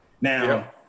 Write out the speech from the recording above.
now